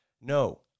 No